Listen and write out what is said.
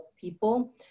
people